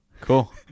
Cool